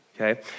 okay